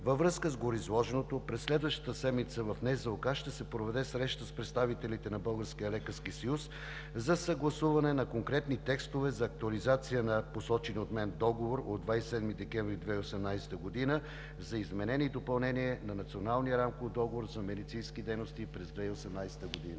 Във връзка с гореизложеното през следващата седмица в Националната здравноосигурителна каса ще се проведе среща с представителите на Българския лекарски съюз за съгласуване на конкретни текстове за актуализация на посочения от мен договор от 27 декември 2018 г. за изменение и допълнение на Националния рамков договор за медицински дейности през 2018 г.